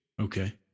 Okay